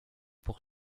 pour